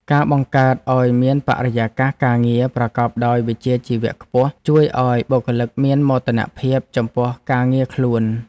ការបង្កើតឱ្យមានបរិយាកាសការងារប្រកបដោយវិជ្ជាជីវៈខ្ពស់ ជួយឱ្យបុគ្គលិកមានមោទនភាពចំពោះការងារខ្លួន។